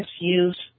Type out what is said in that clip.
use